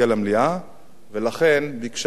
ולכן ביקשה שאני אשיב במקומה.